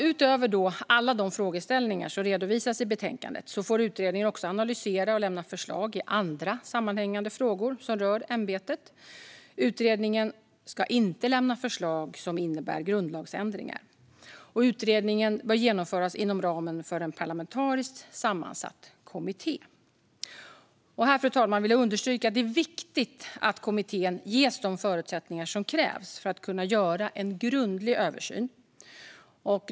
Utöver alla de frågeställningar som redovisas i betänkandet får utredningen också analysera och lämna förslag i andra sammanhängande frågor som rör ämbetet. Utredningen ska inte lämna förslag som innebär grundlagsändringar. Utredningen bör genomföras inom ramen för en parlamentariskt sammansatt kommitté. Översyn av Riksdagens ombudsmän Fru talman! Här vill jag understryka att det är viktigt att kommittén ges de förutsättningar som krävs för att kunna göra en grundlig översyn.